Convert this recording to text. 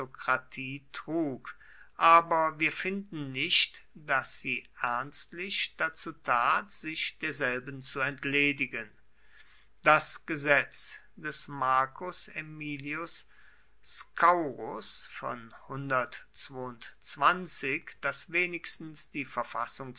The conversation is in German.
aristokratie trug aber wir finden nicht daß sie ernstlich dazu tat sich derselben zu entledigen das gesetz des marcus aemilius scaurus von das wenigstens die